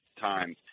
time